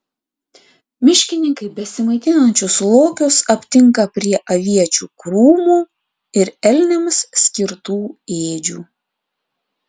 miškininkai besimaitinančius lokius aptinka prie aviečių krūmų ir elniams skirtų ėdžių